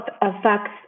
affects